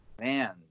Man